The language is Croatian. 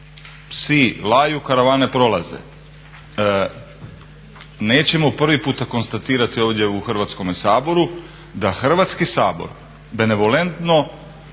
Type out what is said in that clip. Psi laju, karavane prolaze. Nećemo prvi puta konstatirati ovdje u Hrvatskom saboru da Hrvatski sabor benevolentno